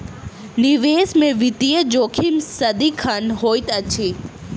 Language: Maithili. निवेश में वित्तीय जोखिम सदिखन होइत अछि